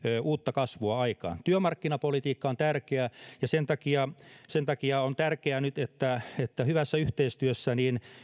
uutta kasvua aikaan työmarkkinapolitiikka on tärkeää ja sen takia sen takia on tärkeää nyt että että hyvässä yhteistyössä